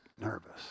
nervous